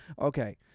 Okay